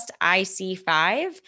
IC5